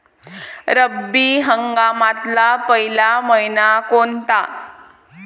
रब्बी हंगामातला पयला मइना कोनता?